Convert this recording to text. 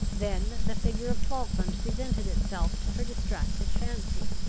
then the figure of falkland presented itself to her distracted fancy,